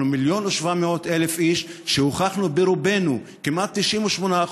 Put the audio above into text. אנחנו 1.7 מיליון איש, והוכחנו ברובנו, כמעט 98%,